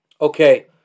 Okay